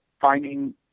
finding